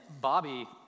Bobby